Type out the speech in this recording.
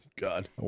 god